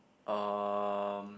um